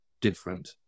different